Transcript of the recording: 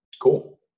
Cool